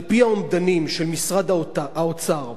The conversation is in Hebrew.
על-פי האומדנים של משרד האוצר,